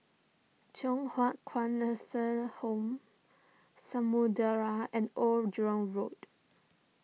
Thye Hua Kwan Nursing Home Samudera and Old Jurong Road